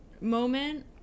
moment